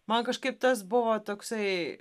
man kažkaip tas buvo toksai